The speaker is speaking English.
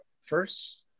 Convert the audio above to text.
first